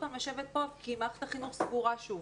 פעם לשבת כאן כי מערכת החינוך שוב סגורה.